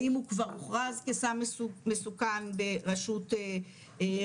האם הוא כבר הוכרז כסם מסוג מסוכן ברשות רגולטורית,